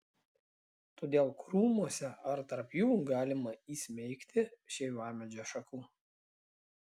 todėl krūmuose ar tarp jų galima įsmeigti šeivamedžio šakų